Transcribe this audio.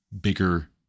bigger